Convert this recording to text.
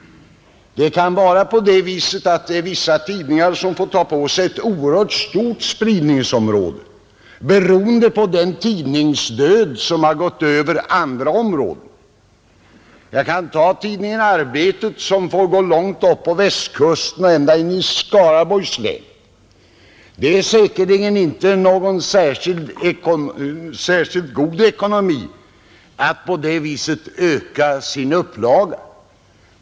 Det kan vara så att vissa tidningar måste ha ett oerhört stort spridningsområde, beroende på den tidningsdöd som har gått fram. Jag kan som exempel ta tidningen Arbetet i Malmö, som får täcka ett område långt upp på Västkusten och ända in i Skaraborgs län. Det är säkerligen inte någon särskilt god ekonomi att på det sättet öka sin uupplaga.